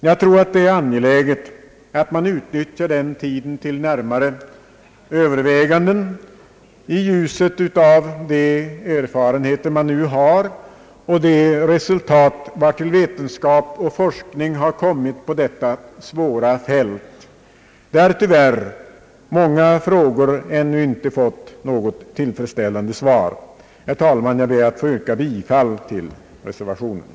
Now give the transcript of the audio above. Jag tror det är angeläget att utnyttja den tiden till närmare överväganden i ljuset av de erfarenheter man nu har och de resultat, vartill vetenskap och forskning har kommit på detta svåra fält. Därtill kommer att många frågor ännu inte fått något tillfredsställande svar. Herr talman! Jag ber att få yrka bifall till reservation a.